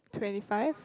twenty five